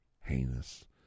heinous